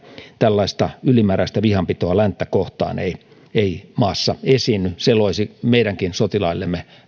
tällaista ylimääräistä vihanpitoa länttä kohtaan ei ei maassa esiinny se loisi meidänkin sotilaillemme